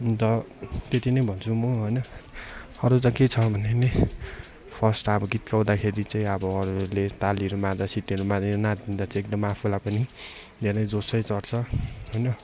अन्त त्यति नै भन्छु म होइन अरू चाहिँ के छ भने नि फर्स्ट अब गीत गाउँदाखेरि चाहिँ अब अरूले तालीहरू मार्दा सिटीहरू मार्यो नाचिदिँदा चाहिँ एकदम आफूलाई पनि धेरै जोस चाहिँ चढ्छ होइन